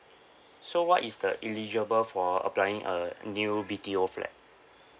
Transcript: so what is the eligible for applying a new B_T_O flat